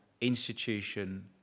institution